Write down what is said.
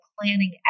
planning